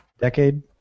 decade